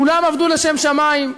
כולם עבדו לשם שמים,